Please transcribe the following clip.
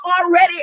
already